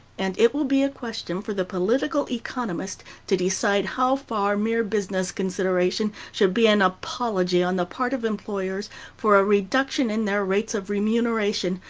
and it will be a question for the political economist to decide how far mere business consideration should be an apology on the part of employers for a reduction in their rates of remuneration,